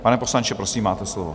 Pane poslanče, prosím, máte slovo.